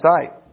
sight